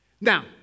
Now